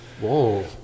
Whoa